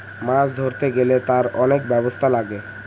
মাছ ধরতে গেলে তার অনেক ব্যবস্থা লাগে